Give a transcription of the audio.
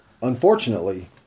unfortunately